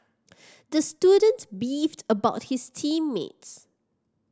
the student beefed about his team mates